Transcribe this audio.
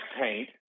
paint